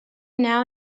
now